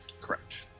Correct